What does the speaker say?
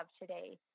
today